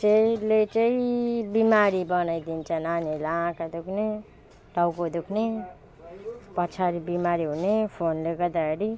चाहिँले चाहिँ बिमारी बनाइदिन्छ नानीलाई आँखा दुख्ने टाउको दुख्ने पछाडि बिमारी हुने फोनले गर्दाखेरि